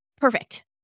Perfect